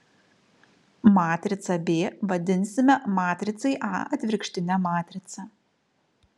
matricą b vadinsime matricai a atvirkštine matrica